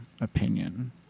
opinion